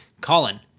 Colin